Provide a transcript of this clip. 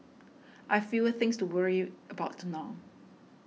I've fewer things to worry about now